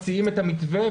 מציעים את המתווה,